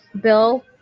Bill